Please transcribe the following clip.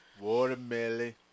Watermelon